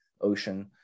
ocean